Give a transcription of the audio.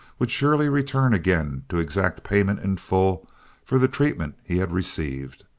would surely return again to exact payment in full for the treatment he had received.